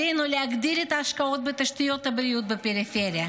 עלינו להגדיל את ההשקעות בתשתיות הבריאות בפריפריה,